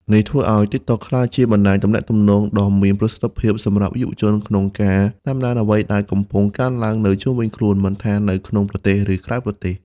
នេះធ្វើឲ្យ TikTok ក្លាយជាបណ្ដាញទំនាក់ទំនងដ៏មានប្រសិទ្ធភាពសម្រាប់យុវជនក្នុងការ តាមដានអ្វីដែលកំពុងកើតឡើងនៅជុំវិញខ្លួន មិនថានៅក្នុងប្រទេស ឬក្រៅប្រទេស។